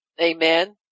Amen